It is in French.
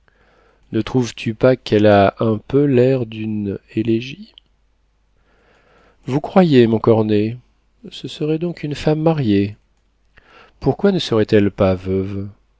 ne trouves-tu pas qu'elle a un peu l'air d'une élégie vous croyez montcornet ce serait donc une femme mariée pourquoi ne serait-elle pas veuve